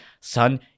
son-